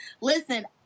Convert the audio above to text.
listen